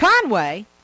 Conway